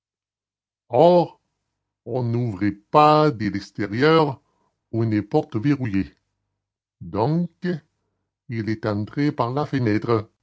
on n'ouvre pas de l'extérieur une porte verrouillée donc il est entré par la fenêtre